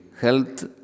health